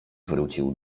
wrócił